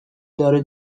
داره